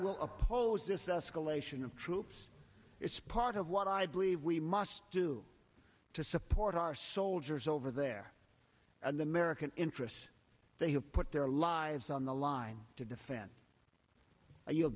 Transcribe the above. will oppose this escalation of troops it's part of what i believe we must do to support our soldiers over there and american interests they have put their lives on the line to defend you